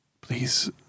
please